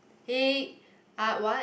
hey uh what